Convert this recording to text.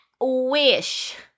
wish